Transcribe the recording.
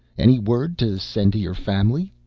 any word to send to your family?